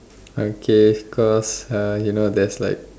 okay cause uh you know there's like